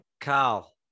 Carl